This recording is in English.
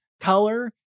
color